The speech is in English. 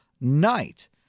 night